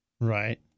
Right